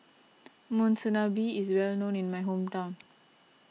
Monsunabe is well known in my hometown